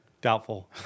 Doubtful